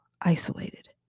isolated